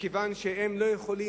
מכיוון שהם לא יכולים,